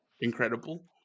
incredible